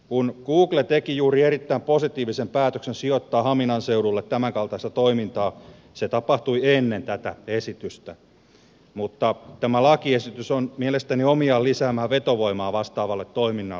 kun google teki juuri erittäin positiivisen päätöksen sijoittaa haminan seudulle tämänkaltaista toimintaa se tapahtui ennen tätä esitystä mutta tämä lakiesitys on mielestäni omiaan lisäämään vetovoimaa vastaavaan toimintaan